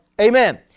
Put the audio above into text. Amen